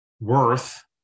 worth